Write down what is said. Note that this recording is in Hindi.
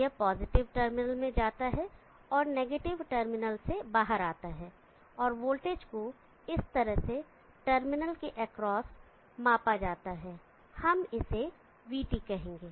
यह पॉजिटिव टर्मिनल में जाता है और नेगेटिव टर्मिनल से बाहर आता है और वोल्टेज को इस तरह से टर्मिनल के एक्रॉस में मापा जाता है और हम इसे vT कहेंगे